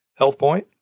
HealthPoint